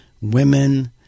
women